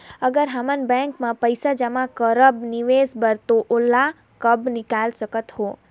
अगर हमन बैंक म पइसा जमा करब निवेश बर तो ओला कब निकाल सकत हो?